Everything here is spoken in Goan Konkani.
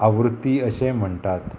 आवृत्ती अशें म्हणटात